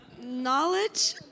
Knowledge